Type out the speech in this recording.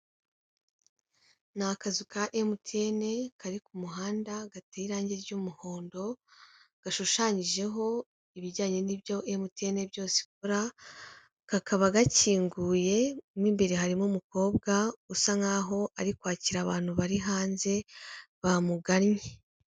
Ni akazu ka MTN kari ku muhanda gateye irange ry'umuhondo gashushanyijeho ibijyanye n'ibyo MTN byose ikora, kakaba gakinguye mo imbere harimo umukobwa usa nk'aho ari kwakira abantu bari hanze bamugannye.